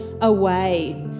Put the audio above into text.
away